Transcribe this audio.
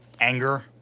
anger